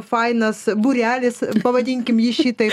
fainas būrelis pavadinkim jį šitaip